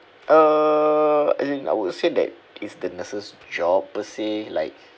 uh as in I would say that is the nurse's job per se like